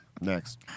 Next